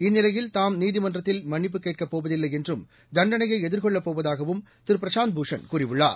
இந்நிலையில் தாம் நீதிமன்றத்தில் மன்னிப்புக் கேட்கபோவதில்லைஎன்றும் தண்டனையைஎதிர்கொள்ளப் போவதாகவும் திரு பிரசாந்த் பூஷன் கூறியுள்ளார்